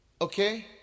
Okay